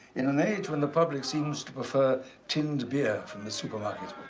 in an age when the public seems to prefer tinned beer from the supermarket.